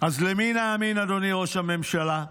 אז למי נאמין, אדוני ראש הממשלה?